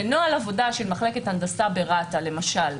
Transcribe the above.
ונוהל עבודה של מחלקת הנדסה ברת"א למשל,